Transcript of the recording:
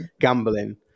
gambling